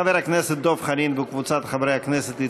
הציעו חבר הכנסת דב חנין וקבוצת חברי הכנסת.